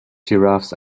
giraffes